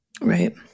Right